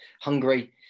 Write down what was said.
Hungary